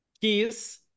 Keys